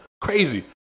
Crazy